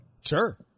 Sure